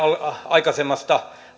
aikaisemmasta